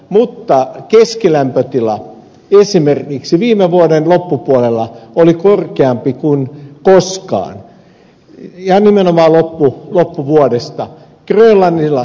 mutta keskilämpötila esimerkiksi viime vuoden loppupuolella oli korkeampi kuin koskaan ja nimenomaan loppuvuodesta